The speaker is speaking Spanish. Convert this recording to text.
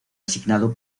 asignado